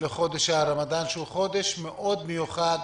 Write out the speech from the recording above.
לחודש הרמדאן שהוא חודש מאוד מיוחד